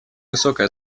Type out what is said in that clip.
высокой